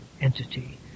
entity